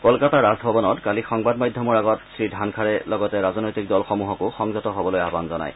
কলকাতাৰ ৰাজভৱনত কালি সংবাদ মাধ্যমৰ আগত শ্ৰীধানখাৰে লগতে ৰাজনৈতিক দলসমূহকো সংযত হ'বলৈ আহবান জনায়